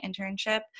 internship